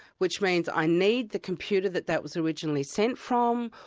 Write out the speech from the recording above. which means i need the computer that that was originally sent from,